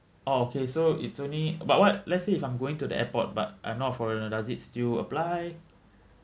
orh okay so it's only but what let's say if I'm going to the airport but I'm not a foreigner does it still apply